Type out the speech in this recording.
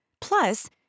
Plus